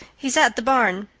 he's at the barn.